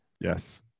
Yes